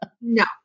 no